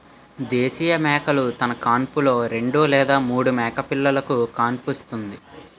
దేశీయ మేకలు తన కాన్పులో రెండు లేదా మూడు మేకపిల్లలుకు కాన్పుస్తుంది